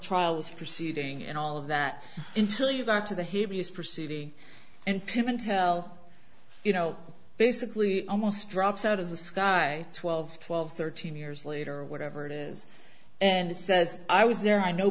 trial was proceeding and all of that until you got to the heaviest proceeding and kevin tell you know basically almost drops out of the sky twelve twelve thirteen years later whatever it is and says i was there i know